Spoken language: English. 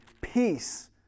Peace